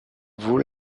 vaut